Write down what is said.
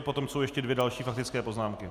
Potom jsou ještě další dvě faktické poznámky.